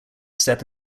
step